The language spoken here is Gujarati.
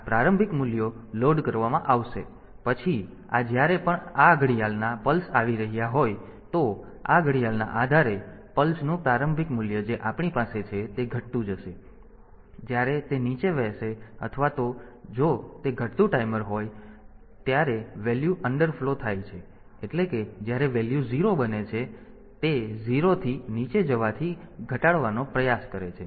તેથી આ પ્રારંભિક મૂલ્ય લોડ કરવામાં આવશે અને પછી આ જ્યારે આ ઘડિયાળના પલ્સ આવી રાહ્ય હોય તો આ ઘડિયાળના આધારે પલ્સ નું પ્રારંભિક મૂલ્ય જે આપણી પાસે છે તે ઘટતું જશે અને જ્યારે તે નીચે વહેશે અથવા તો જો તે ઘટતું ટાઈમર હોય તો જ્યારે વેલ્યુ અંડરફ્લો થાય છે એટલે કે જ્યારે વેલ્યુ 0 બને છે ત્યારે જ્યારે તે 0 થી નીચે જવાથી ઘટાડવાનો પ્રયાસ કરે છે